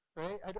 right